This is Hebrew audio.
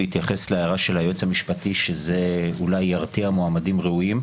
בהתייחס להערה של היועץ המשפטי שזה אולי ירתיע מועמדים ראויים.